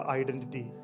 identity